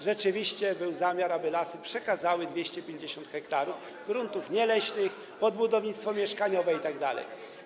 Rzeczywiście był zamiar, aby lasy przekazały 250 ha gruntów nieleśnych pod budownictwo mieszkaniowe itd.